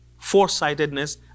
foresightedness